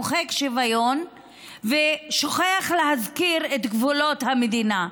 מוחק שוויון ושוכח להזכיר את גבולות המדינה.